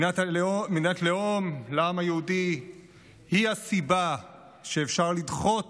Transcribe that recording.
מדינת לאום לעם היהודי היא הסיבה שאפשר לדחות